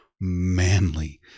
manly